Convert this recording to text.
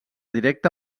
directe